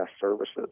services